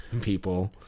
people